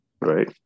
Right